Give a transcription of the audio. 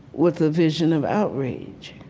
with a vision of outrage.